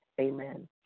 Amen